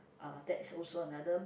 uh that is also another